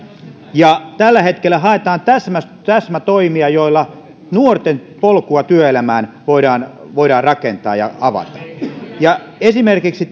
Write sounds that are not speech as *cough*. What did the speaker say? ja tällä hetkellä haetaan täsmätoimia täsmätoimia joilla nuorten polkua työelämään voidaan voidaan rakentaa ja avata esimerkiksi *unintelligible*